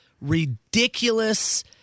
ridiculous